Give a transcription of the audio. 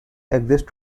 exists